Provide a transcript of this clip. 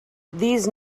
these